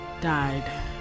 died